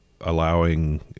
allowing